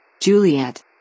Juliet